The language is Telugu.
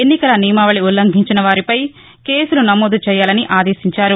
ఎన్నికల నియమావళి ఉల్లంఘించిన వారిపై కేసులు నమోదు చేయాలని ఆదేశించారు